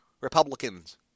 Republicans